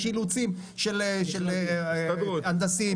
יש אילוצים הנדסיים.